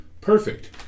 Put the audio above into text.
perfect